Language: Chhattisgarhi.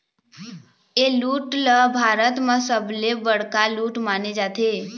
ए लूट ल भारत म सबले बड़का लूट माने जाथे